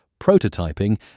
prototyping